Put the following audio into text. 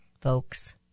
folks